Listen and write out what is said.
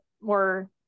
more